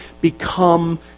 become